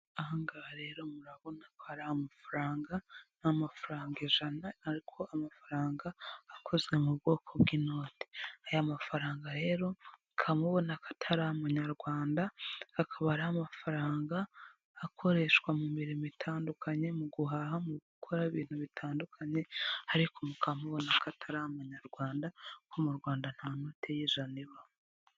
Aha ngaha rero murabona hari amafaranga, ni mafaranga ijana ariko amafaranga akozwe mu bwoko bw'inote, aya mafaranga rero mukaba mubona ko atari amanyarwanda, akaba ari amafaranga akoreshwa mu mirimo itandukanye mu guhaha, mu gukora ibintu bitandukanye ariko mukaba mubona ko atari amanyarwanda kuko mu Rwanda nta note y'ijana ibaho.